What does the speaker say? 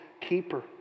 keeper